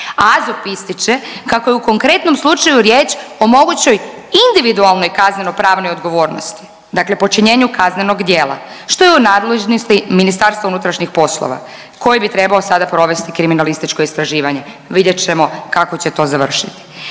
AZOP ističe kako je u konkretnom slučaju riječ o mogućoj individualnoj kaznenopravnoj odgovornosti, dakle počinjenju kaznenog djela, što je u nadležnosti Ministarstva unutarnjih poslova, koje bi trebao sada provesti kriminalističko istraživanje, vidjet ćemo kako će to završiti.